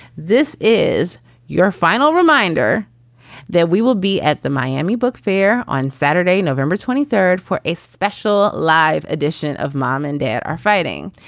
this is your final reminder that we will be at the miami book fair on saturday, november twenty third for a special live edition of mom and dad are fighting.